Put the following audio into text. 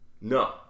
No